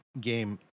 game